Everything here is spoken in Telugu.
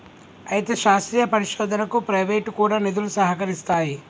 అయితే శాస్త్రీయ పరిశోధనకు ప్రైవేటు కూడా నిధులు సహకరిస్తాయి